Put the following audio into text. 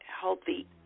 Healthy